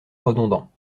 redondants